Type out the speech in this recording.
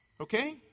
Okay